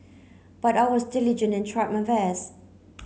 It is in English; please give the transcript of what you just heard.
but I was diligent and tried my best